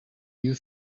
you